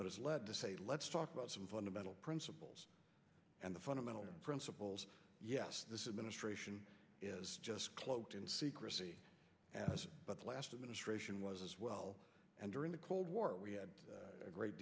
but it's led to say let's talk about some fundamental principles and the fundamental principles yes this is ministration is just cloaked in secrecy but the last administration was well and during the cold war we had a great